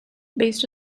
based